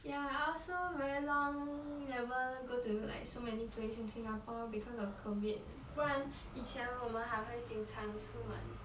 ya I also very long never go to like so many place in singapore because of covid 不然以前我们还会经常出门